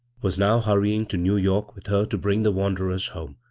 was now hurrying to new york with her to bring the wanderers home.